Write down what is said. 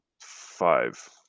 Five